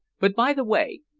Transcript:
but, by the way,